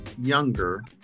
younger